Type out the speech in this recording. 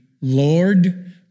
Lord